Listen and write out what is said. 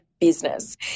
business